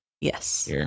Yes